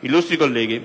Illustri colleghi,